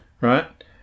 Right